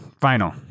final